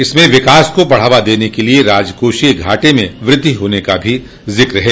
इसमें विकास को बढ़ावा देने के लिए राजकोषीय घाटे में वृद्धि होने का भी जिक्र है